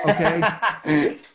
Okay